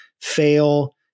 fail